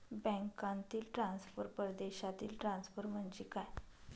बँकांतील ट्रान्सफर, परदेशातील ट्रान्सफर म्हणजे काय?